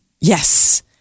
Yes